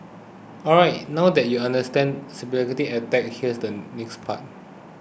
alright now you understand speculative attacks here's the next part